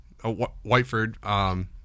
Whiteford